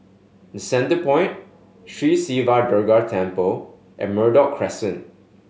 Centrepoint Sri Siva Durga Temple and Merbok Crescent